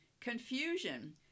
confusion